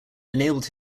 enabled